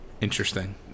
interesting